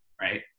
Right